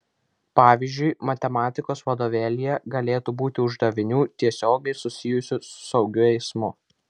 pavyzdžiui matematikos vadovėlyje galėtų būti uždavinių tiesiogiai susijusių su saugiu eismu